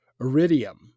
iridium